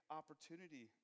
opportunity